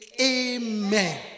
Amen